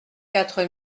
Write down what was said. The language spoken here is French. quatre